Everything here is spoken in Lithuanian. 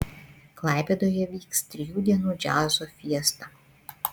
klaipėdoje vyks trijų dienų džiazo fiesta